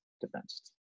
defense